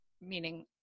meaning